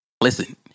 listen